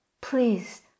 Please